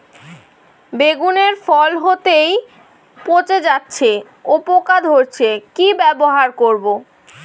বেগুনের ফল হতেই পচে যাচ্ছে ও পোকা ধরছে কি ব্যবহার করব?